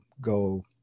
go